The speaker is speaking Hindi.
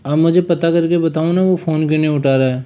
आप मुझे पता करके बताओ न वह फोन क्यों नहीं उठा रहा है